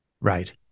Right